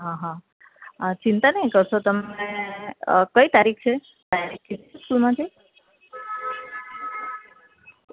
હં હં ચિંતા નહીં કરશો તમે કઈ તારીખ છે